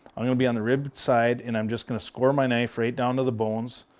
i'm going to be on the rib side, and i'm just going to square my knife right down to the bones.